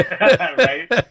Right